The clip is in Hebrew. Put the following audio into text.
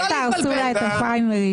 אל תהרסו לה את הפריימריז.